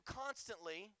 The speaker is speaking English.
constantly